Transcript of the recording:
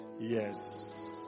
Yes